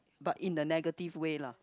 but in a negative way lah